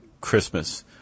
Christmas